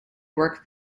work